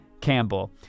Campbell